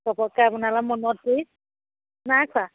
ঘপককৈ আপোনালৈ মনত পৰিল নাই খোৱা